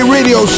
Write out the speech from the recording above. Radio